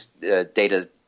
data